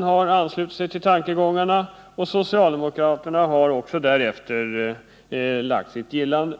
LO har anslutit sig till tankegångarna och socialdemokraterna har därefter uttalat sitt gillande.